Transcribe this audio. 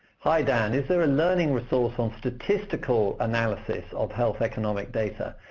hi, dan, is there a learning resource on statistical analysis of health economic data?